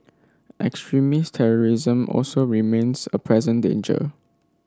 extremist terrorism also remains a present danger